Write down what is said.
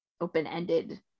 open-ended